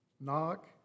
Knock